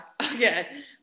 Okay